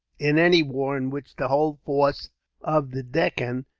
in any war in which the whole force of the deccan,